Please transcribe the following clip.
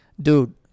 dude